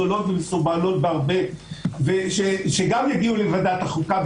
גדולות ומסורבלות בהרבה שגם יגיעו לוועדת החוקה,